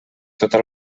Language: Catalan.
tota